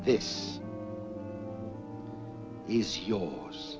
this is yours